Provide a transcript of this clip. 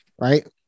Right